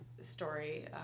story